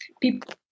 people –